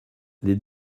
les